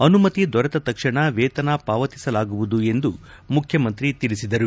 ಅನುಮತಿ ದೊರೆತ ತಕ್ಷಣ ವೇತನ ಪಾವತಿಸಲಾಗುವುದು ಎಂದು ಮುಖ್ಯಮಂತ್ರಿ ತಿಳಿಸಿದರು